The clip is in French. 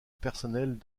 personnels